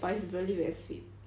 but it's really very sweet